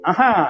Aha